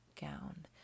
gown